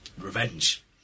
revenge